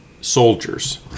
soldiers